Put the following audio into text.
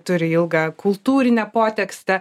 turi ilgą kultūrinę potekstę